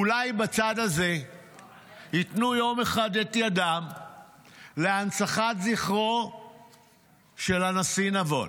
אולי בצד הזה ייתנו יום אחד את ידם להנצחת זכרו של הנשיא נבון.